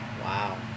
Wow